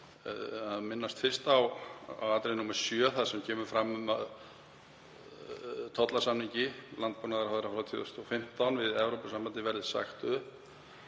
að minnast fyrst á atriði nr. 7 þar sem kemur fram að tollasamningi landbúnaðarráðherra frá 2015 við Evrópusambandið verði sagt